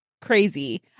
crazy